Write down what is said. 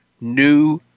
new